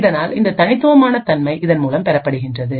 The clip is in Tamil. இதனால் இந்த தனித்துவமான தன்மை இதன் மூலம் பெறப்படுகின்றது